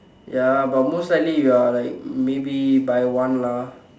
ya but most likely you're like maybe by one lah